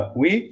oui